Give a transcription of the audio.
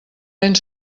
vent